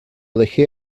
dejé